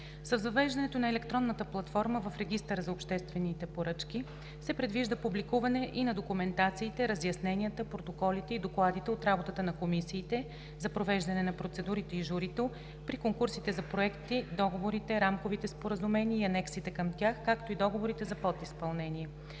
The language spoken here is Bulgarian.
С въвеждането на електронната платформа в Регистъра за обществени поръчки (РОП) се предвижда публикуване и на документациите, разясненията, протоколите и докладите от работата на комисиите за провеждане на процедурите и журито – при конкурсите за проекти, договорите, рамковите споразумения и анексите към тях, както и договорите за подизпълнение.